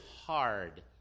hard